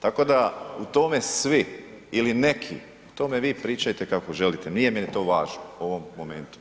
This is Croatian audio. Tako da u tome svi ili neki, o tome vi pričajte kako želite, nije meni to važno u ovom momentu.